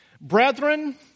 brethren